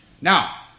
Now